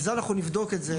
ואנחנו נבדוק את זה,